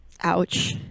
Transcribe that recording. Ouch